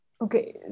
Okay